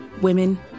women